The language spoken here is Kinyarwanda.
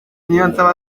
niyonsaba